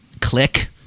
Click